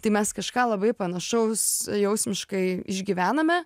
tai mes kažką labai panašaus jausmiškai išgyvename